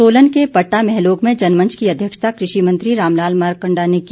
सोलन के पट्टा महलोग में जनमंच की अध्यक्षता कृषि मंत्री रामलाल मारकंडा ने की